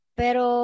pero